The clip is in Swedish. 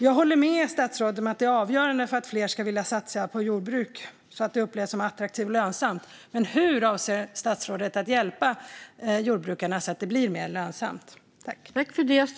Jag håller med statsrådet om att det är avgörande för att fler ska vilja satsa på jordbruk att det upplevs som attraktivt och lönsamt, men hur avser statsrådet att hjälpa jordbrukarna så att det blir mer lönsamt?